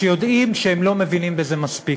שיודעים שהם לא מבינים בזה מספיק.